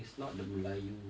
is not the melayu